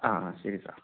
ആ ആ ശരി സാർ